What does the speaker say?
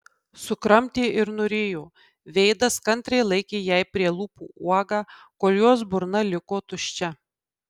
sukramtė ir nurijo veidas kantriai laikė jai prie lūpų uogą kol jos burna liko tuščia